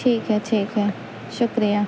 ٹھیک ہے ٹھیک ہے شکریہ